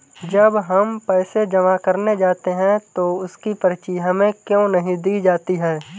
जब हम पैसे जमा करने जाते हैं तो उसकी पर्ची हमें क्यो नहीं दी जाती है?